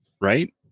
right